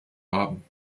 haben